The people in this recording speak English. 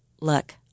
look